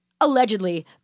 allegedly